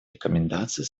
рекомендации